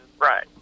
Right